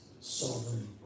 sovereign